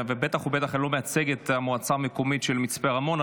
ובטח ובטח אני לא מייצג את המועצה המקומית של מצפה רמון,